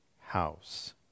house